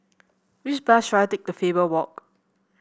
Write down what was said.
which bus should I take to Faber Walk